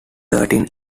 thirteen